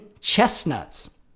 chestnuts